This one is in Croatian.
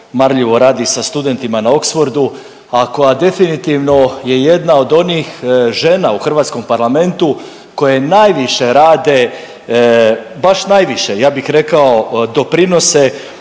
marljivo radi sa studentima na Oxfordu, a koja definitivno je jedna od onih žena u hrvatskom parlamentu koje najviše rade, baš najviše, ja bih rekao doprinose